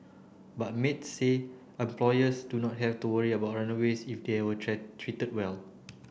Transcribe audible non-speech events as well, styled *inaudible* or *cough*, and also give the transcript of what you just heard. but maids say employers do not have to worry about runaways if they are *unintelligible* treated well